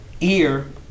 ear